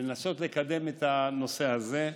לנסות לקדם את הנושא הזה.